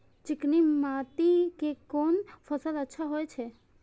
चिकनी माटी में कोन फसल अच्छा होय छे?